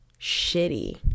shitty